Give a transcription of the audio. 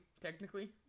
technically